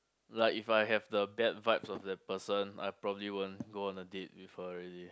like if I have the bad vibes of the person I probably won't go on a date with her already